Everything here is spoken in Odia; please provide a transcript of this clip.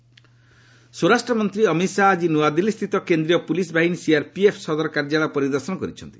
ଅମିତ୍ ଶାହା ସିଆର୍ପିଏଫ୍ ସ୍ୱରାଷ୍ଟ୍ର ମନ୍ତ୍ରୀ ଅମିତ୍ ଶାହା ଆଜି ନୂଆଦିଲ୍ଲୀସ୍ଥିତ କେନ୍ଦ୍ରୀୟ ପୁଲିସ୍ ବାହିନୀ ସିଆର୍ପିଏଫ୍ ସଦର କାର୍ଯ୍ୟାଳୟ ପରିଦର୍ଶନ କରିଛନ୍ତି